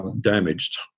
damaged